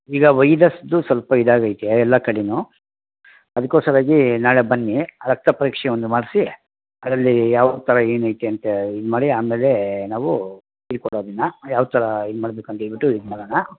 ಈಗ ವೈರಸ್ದು ಸ್ವಲ್ಪ ಇದಾಗೈತೆ ಎಲ್ಲ ಕಡೆನೂ ಅದ್ಕೊಸ್ಕರಾಗಿ ನಾಳೆ ಬನ್ನಿ ರಕ್ತ ಪರೀಕ್ಷೆ ಒಂದು ಮಾಡಿಸಿ ಅದರಲ್ಲಿ ಯಾವ ಥರ ಏನೈತೆ ಅಂತ ಇದು ಮಾಡಿ ಆಮೇಲೆ ನಾವು ಇದು ಕೊಡೋಣ ಯಾವ ಥರ ಇದು ಮಾಡಬೇಕು ಅಂತೇಳ್ಬಿಟ್ಟು ಇದು ಮಾಡೋಣ